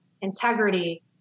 integrity